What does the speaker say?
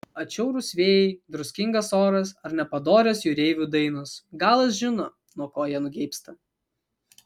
atšiaurūs vėjai druskingas oras ar nepadorios jūreivių dainos galas žino nuo ko jie nugeibsta